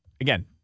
again